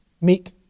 meek